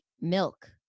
milk